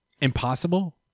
impossible